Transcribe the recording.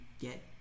get